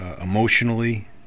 emotionally